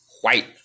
white